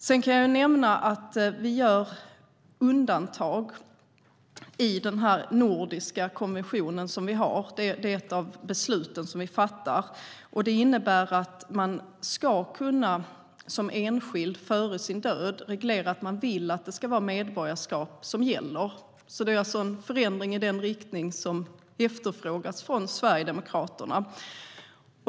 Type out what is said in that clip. Sedan kan jag nämna att vi skapar ett undantag i den nordiska konvention vi har. Det är ett av de beslut som vi fattar. Man ska som enskild före sin död kunna reglera att det ska vara medborgarskap som gäller. Det är alltså en förändring i den riktning som efterfrågats från Sverigedemokraterna.